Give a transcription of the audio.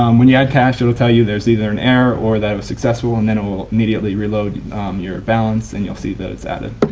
um when you add cash it'll tell you there's either an error or that it was successful and then it'll immediately reload your balance and you'll see that it's added.